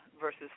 versus